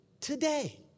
today